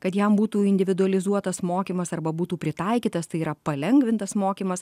kad jam būtų individualizuotas mokymas arba būtų pritaikytas tai yra palengvintas mokymas